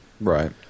Right